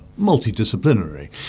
multidisciplinary